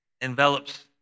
envelops